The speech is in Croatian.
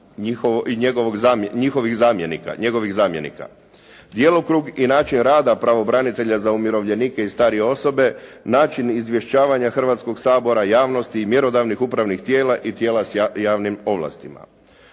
i njegovih zamjenika, djelokrug i način rada pravobranitelja za umirovljenike i starije osobe, način izvješćivanja Hrvatskog sabora javnosti i mjerodavnih upravnih tijela i tijela s javnim ovlastima.